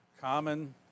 common